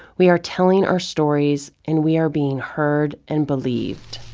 we are telling our stories and we are being heard and believed.